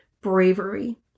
bravery